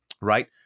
right